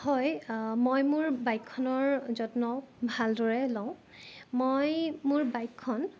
হয় মই মোৰ বাইকখনৰ যত্ন ভালদৰে লওঁ মই মোৰ বাইকখন